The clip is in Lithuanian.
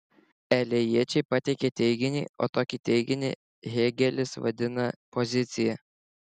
elėjiečiai pateikė teiginį o tokį teiginį hėgelis vadina pozicija